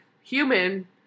human